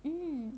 mm